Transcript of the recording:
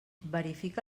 verifica